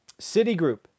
Citigroup